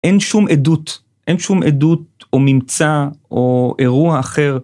אין שום עדות, אין שום עדות או ממצא או אירוע אחר.